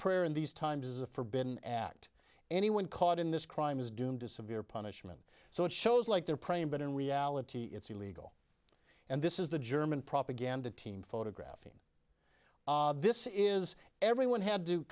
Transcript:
prayer in these times is a for been at anyone caught in this crime is doomed to severe punishment so it shows like they're praying but in reality it's illegal and this is the german propaganda team photographing this is everyone had to